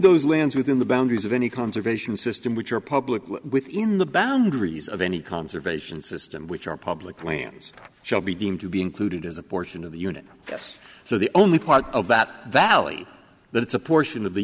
those lands within the boundaries of any conservation system which are publicly within the boundaries of any conservation system which are public lands shall be deemed to be included as a portion of the unit yes so the only part of that valley that it's a portion of the